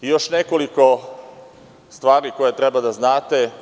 Još nekoliko stvari koje treba da znate.